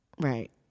Right